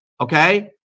Okay